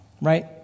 right